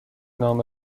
نامه